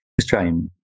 Australian